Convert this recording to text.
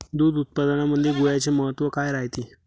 दूध उत्पादनामंदी गुळाचे महत्व काय रायते?